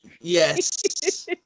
Yes